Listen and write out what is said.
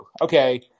okay